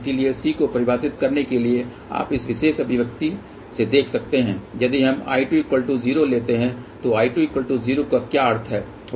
इसलिए C को परिभाषित करने के लिए आप इस विशेष अभिव्यक्ति से देख सकते हैं यदि हम I20 लेते हैं तो I20 का क्या अर्थ होगा